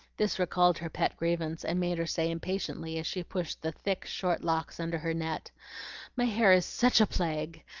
this recalled her pet grievance, and made her say impatiently, as she pushed the thick short locks under her net my hair is such a plague!